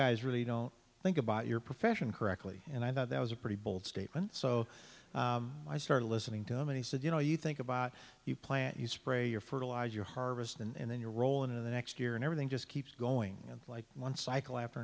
guys really don't think about your profession correctly and i thought that was a pretty bold statement so i started listening to him and he said you know you think about you plant you spray your fertilizer harvest and then your role in the next year and everything just keeps going like one cycle after